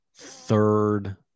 third